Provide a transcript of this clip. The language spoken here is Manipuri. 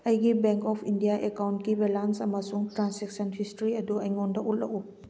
ꯑꯩꯒꯤ ꯕꯦꯡꯛ ꯑꯣꯐ ꯏꯟꯗꯤꯌꯥ ꯑꯦꯀꯥꯎꯟꯒꯤ ꯕꯦꯂꯥꯟꯁ ꯑꯃꯁꯨꯡ ꯇ꯭ꯔꯥꯟꯁꯦꯛꯁꯟ ꯍꯤꯁꯇ꯭ꯔꯤ ꯑꯗꯨ ꯑꯩꯉꯣꯟꯗ ꯎꯠꯂꯛꯎ